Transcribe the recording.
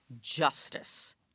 justice